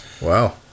Wow